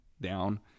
down